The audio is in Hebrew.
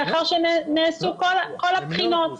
לאחר שנעשו כל הבחינות,